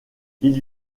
ils